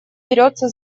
берется